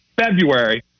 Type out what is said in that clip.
February